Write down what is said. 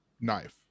Knife